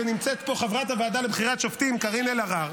ונמצאת פה חברת הוועדה לבחירת שופטים קארין אלהרר